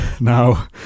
now